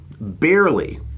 barely